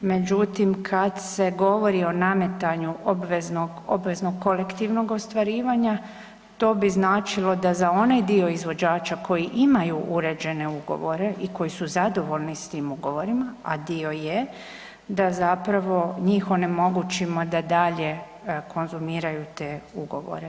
Međutim, kada se govori o nametanju obveznog kolektivnog ostvarivanja to bi značilo da za onaj dio izvođača koji imaju uređene ugovore i koji su zadovoljni s tim ugovorima, a dio je, da zapravo njih onemogućimo da dalje konzumiraju te ugovore.